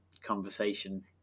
conversation